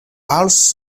voices